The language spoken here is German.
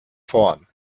vorn